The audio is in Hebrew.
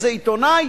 איזה עיתונאי,